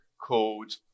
called